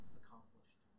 accomplished